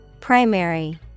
Primary